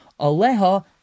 Aleha